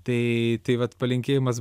tai tai vat palinkėjimas